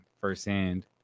firsthand